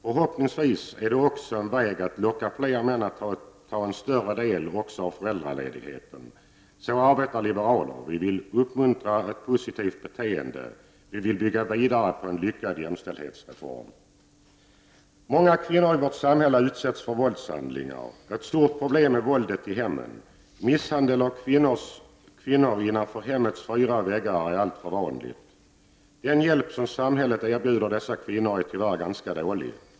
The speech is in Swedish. Förhoppningsvis är det också en väg att locka fler män att ta en större del av föräldraledigheten. Så arbetar liberaler. Vi vill uppmuntra ett positivt beteende, vi vill bygga vidare på en lyckad jämställdhetsreform. Många kvinnor i vårt samhälle utsätts för våldshandlingar. Ett stort problem är våldet i hemmen. Misshandel av kvinnor innanför hemmets fyra väggar är alltför vanlig. Den hjälp som samhället erbjuder dessa kvinnor är tyvärr ganska dålig.